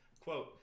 quote